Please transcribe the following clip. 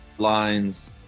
lines